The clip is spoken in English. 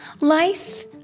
Life